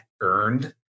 earned